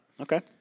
Okay